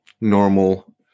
normal